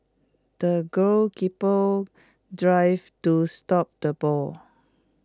the goalkeeper dived to stop the ball